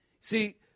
See